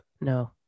No